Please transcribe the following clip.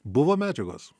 buvo medžiagos